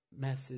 message